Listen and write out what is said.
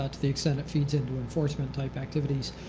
ah to the extent it feeds into enforcement type activities,